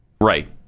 Right